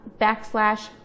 backslash